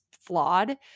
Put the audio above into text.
flawed